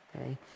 okay